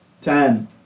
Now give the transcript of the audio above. Ten